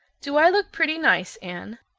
do i look pretty nice, anne?